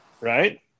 right